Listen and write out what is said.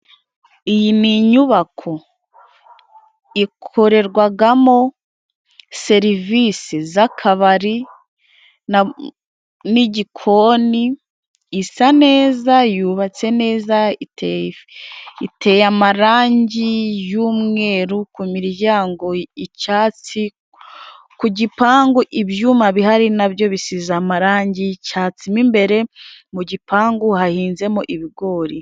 Iyi ni inyubako ikorerwamo serivisi z'akabari n'igikoni, isa neza, yubatse neza, iteye amarangi y'umweru, Ku miryango icyatsi, ku gipangu ibyuma bihari na byo bisize amarangi y'icyatsi. Mo imbere mu gipangu hahinzemo ibigori.